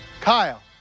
Kyle